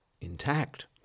intact